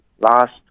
last